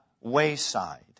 wayside